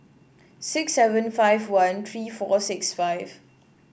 six seven five one three four six five